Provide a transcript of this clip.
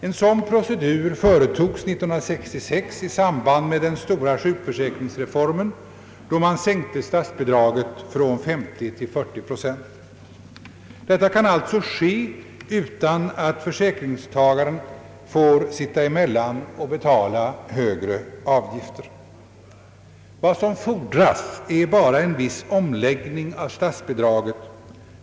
En sådan procedur företogs 1966 i samband med den stora sjukförsäkringsreformen, då man sänkte statsbidraget från 50 till 40 procent. Detta kan alltså ske utan att försäkringstagaren får sitta emellan och behöver betala högre avgifter. Vad som fordras är bara en viss omläggning av statsbidraget.